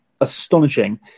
astonishing